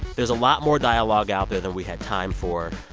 there's a lot more dialogue out there than we had time for,